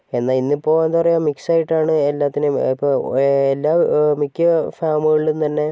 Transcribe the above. എന്നാൽ ഇന്നിപ്പോൾ എന്താ പറയാ മിക്സ് ആയിട്ടാണ് എല്ലാത്തിനെയും ഇപ്പോൾ എല്ലാ മിക്ക ഫാമുകളിലും തന്നെ